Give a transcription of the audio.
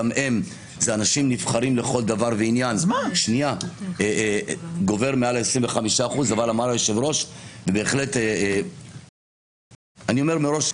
גם הם אנשים נבחרים לכל דבר ועניין גובר מעל 25%. אני אומר מראש,